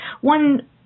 One